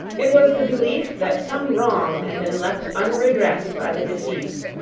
it was the belief that some wrong had been left unredressed by the deceased,